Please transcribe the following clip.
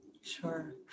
sure